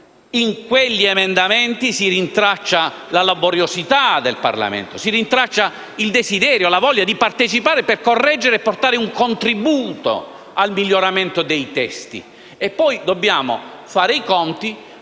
In quegli emendamenti si rintraccia la laboriosità del Parlamento, il desidero e la voglia di partecipare per correggere e portare un contributo al miglioramento dei testi. Poi dobbiamo fare i conti